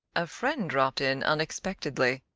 a friend dropped in unexpectedly.